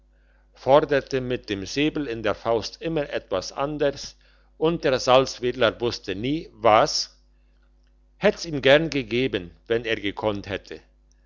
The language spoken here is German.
forderte mit dem säbel in der faust immer etwas anders und der salzwedler wusste nie was hätt's ihm gern gegeben wenn er gekonnt hätte